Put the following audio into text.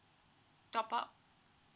top up